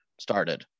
started